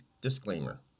disclaimer